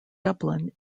dublin